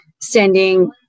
sending